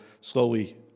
slowly